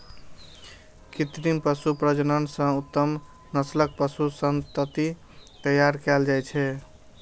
कृत्रिम पशु प्रजनन सं उत्तम नस्लक पशु संतति तैयार कएल जाइ छै